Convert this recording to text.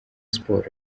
sports